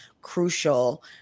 crucial